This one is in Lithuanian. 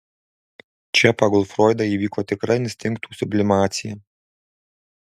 čia pagal froidą įvyko tikra instinktų sublimacija